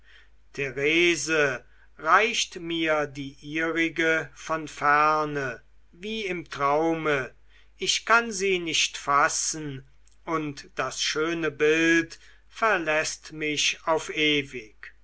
therese reicht mir die ihrige von ferne wie im traume ich kann sie nicht fassen und das schöne bild verläßt mich auf ewig